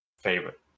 favorite